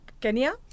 Kenya